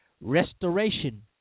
Restoration